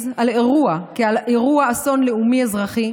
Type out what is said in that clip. על אירוע כעל אירוע אסון לאומי-אזרחי.